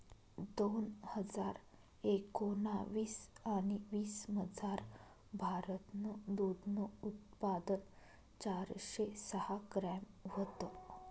दोन हजार एकोणाविस आणि वीसमझार, भारतनं दूधनं उत्पादन चारशे सहा ग्रॅम व्हतं